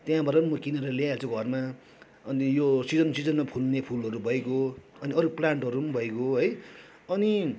त्यहाँबाट पनि म किनेर ल्याइहाल्छु घरमा अनि यो सिजन सिजनमा फुल्ने फुलहरू भइगयो अनि अरू प्लान्टहरू पनि भइगयो है अनि